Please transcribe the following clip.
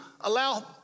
Allow